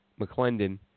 McClendon